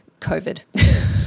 COVID